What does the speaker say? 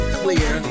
clear